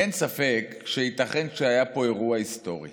אין ספק שייתכן שהיה פה אירוע היסטורי